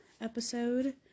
episode